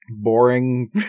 boring